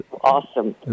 Awesome